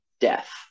death